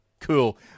Cool